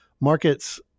markets